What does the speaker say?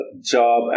job